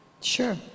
Sure